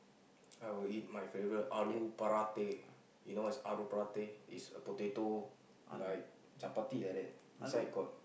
I will eat my favorite aloo paratha you know what is aloo paratha is a potato like chapati like that inside got